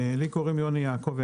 לי קוראים יוני יעקובי,